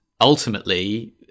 ultimately